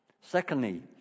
Secondly